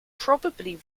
probably